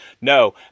No